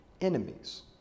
enemies